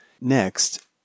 Next